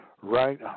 right